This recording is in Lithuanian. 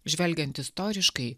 žvelgiant istoriškai